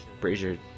Brazier